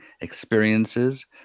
experiences